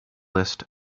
list